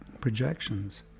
projections